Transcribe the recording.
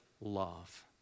love